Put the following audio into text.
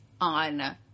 on